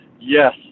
yes